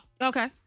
Okay